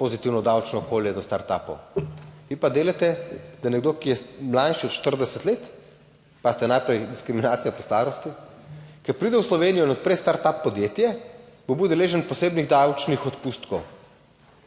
pozitivno davčno okolje do startupov. Vi pa delate, da nekdo, ki je mlajši od 40 let, pazite, najprej diskriminacija po starosti, ko pride v Slovenijo in odpre startup podjetje, bo bil deležen posebnih davčnih odpustkov.